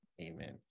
Amen